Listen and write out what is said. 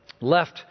left